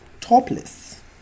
topless